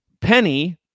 Penny